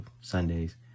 Sundays